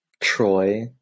Troy